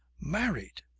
married!